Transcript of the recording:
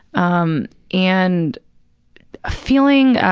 um and feeling,